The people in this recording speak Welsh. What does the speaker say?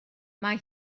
mae